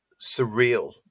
surreal